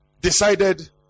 decided